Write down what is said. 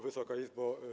Wysoka Izbo!